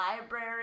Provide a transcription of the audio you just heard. library